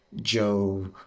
Joe